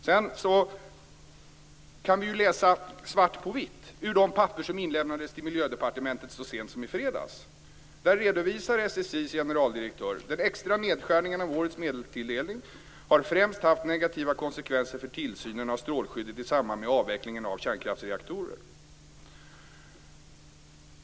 Sedan kan vi läsa svart på vitt i de papper som inlämnades till Miljödepartementet så sent som i fredags. Där skriver SSI:s generaldirektör: Den extra nedskärningen av årets medelstilldelning har främst haft negativa konsekvenser för tillsynen av strålskyddet i samband med avvecklingen av kärnkraftsreaktorer.